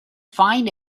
find